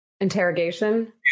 interrogation